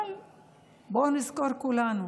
אבל בואו נזכור כולנו